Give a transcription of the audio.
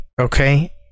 okay